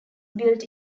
built